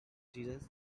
jesus